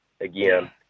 again